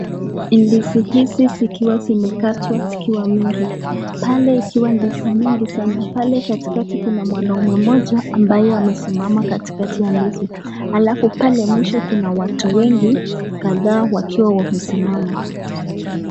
Ndizi hizi zikiwa zimekatwa zikiwa mingi pale ikiwa ndizi mingi sana. Pale katikati kuna mwanaume mmoja ambaye amesimama katikati ya ndizi alafu pale mwisho kuna watu wengi kadhaa wakiwa wamesimama.